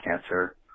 cancer